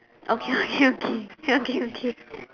okay okay okay okay okay